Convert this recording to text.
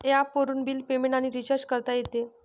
ॲपवरून bill payment आणि recharge करता येते